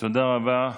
תודה רבה.